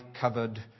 covered